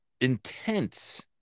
intense